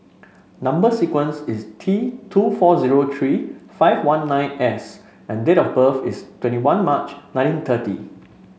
number sequence is T two four zero three five one nine S and date of birth is twenty one March nineteen thirty